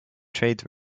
trade